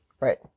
Right